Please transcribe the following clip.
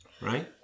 right